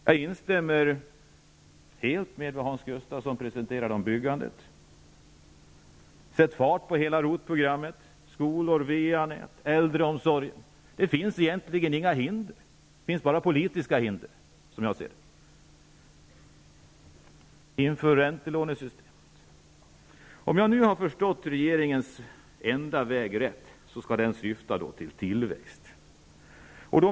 Jag instämmer helt i det som Hans Gustafsson sade om byggandet. Man bör sätta fart på ROT-programmet för skolor, VA nät och äldreomsorgen. Som jag ser det finns det egentligen inga hinder, bara politiska hinder. Dessutom bör man införa räntelånesystemet. Om jag har förstått innebörden av regeringens enda väg syftar den till tillväxt.